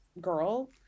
girl